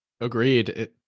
Agreed